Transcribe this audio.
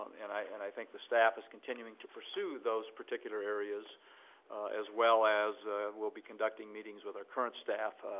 and i and i think the staff is continuing to pursue those particular areas as well as will be conducting meetings with our current staff